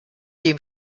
dem